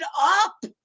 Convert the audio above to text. up